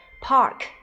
park